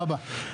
תודה רבה.